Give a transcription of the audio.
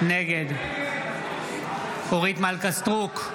נגד אורית מלכה סטרוק,